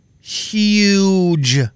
huge